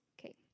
Okay